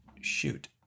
Shoot